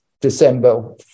December